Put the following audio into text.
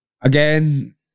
again